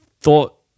thought